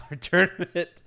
tournament